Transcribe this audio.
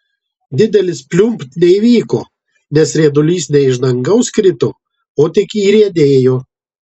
didelis pliumpt neįvyko nes riedulys ne iš dangaus krito o tik įriedėjo